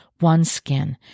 OneSkin